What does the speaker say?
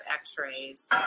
x-rays